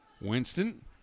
Winston